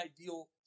ideal